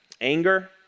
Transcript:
anger